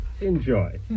Enjoy